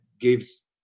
gives